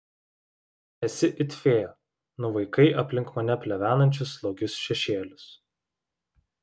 esi it fėja nuvaikai aplink mane plevenančius slogius šešėlius